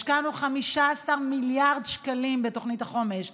השקענו 15 מיליארד שקלים בתוכנית החומש,